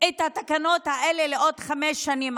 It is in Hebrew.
את התקנות האלה לעוד חמש שנים.